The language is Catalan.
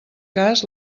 cas